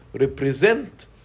represent